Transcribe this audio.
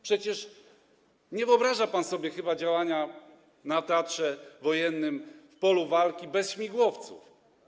Przecież nie wyobraża pan sobie chyba działań w teatrze wojennym, na polu walki bez śmigłowców.